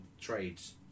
trades